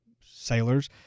sailors